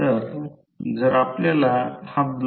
तर हे प्रत्यक्षात 0